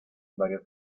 varias